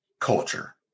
culture